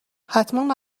حتما